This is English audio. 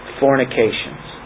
fornications